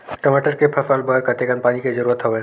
टमाटर के फसल बर कतेकन पानी के जरूरत हवय?